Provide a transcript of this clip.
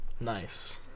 Nice